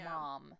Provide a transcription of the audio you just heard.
mom